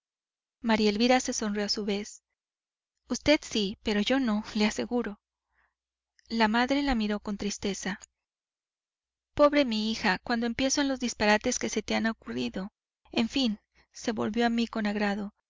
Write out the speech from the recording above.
maría elvira se sonrió a su vez vd sí pero yo no le aseguro la madre la miró con tristeza pobre mi hija cuando pienso en los disparates que se te han ocurrido en fin se volvió a mí con agrado